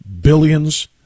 billions